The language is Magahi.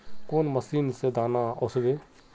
कौन मशीन से दाना ओसबे?